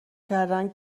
کردند